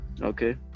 Okay